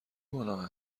گناه